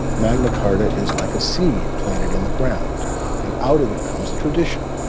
magna carta is like a seed planted in the ground and out of it comes a tradition.